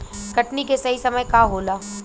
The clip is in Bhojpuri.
कटनी के सही समय का होला?